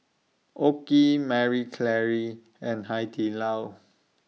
OKI Marie Claire and Hai Di Lao